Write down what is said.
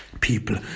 people